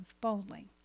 boldly